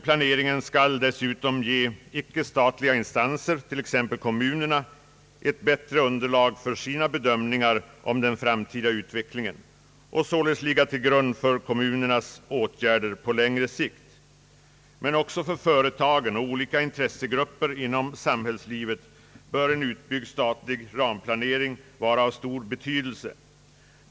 Planeringen skall dessutom ge icke statliga instanser, t.ex. kommunerna, ett bättre underlag för deras bedömningar av den framtida utvecklingen och således ligga till grund för kommunernas åtgärder på längre sikt. Men också för företagen och olika intressegrupper inom samhällslivet bör en utbyggd statlig ramplanering vara av stor betydelse.